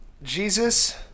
Jesus